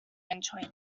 enjoy